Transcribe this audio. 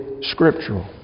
scriptural